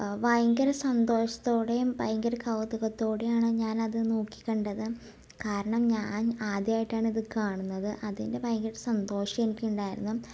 ഭയങ്കര സന്തോഷത്തോടെയും ഭയങ്കര കൗതുകത്തോടെയാണ് ഞാനത് നോക്കി കണ്ടത് കാരണം ഞാൻ ആദ്യമായിട്ടാണ് ഇത് കാണുന്നത് അതിൻറ്റെ ഭയങ്കര സന്തോഷം എനിക്കുണ്ടായിരുന്നു